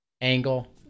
angle